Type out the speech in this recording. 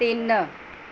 ਤਿੰਨ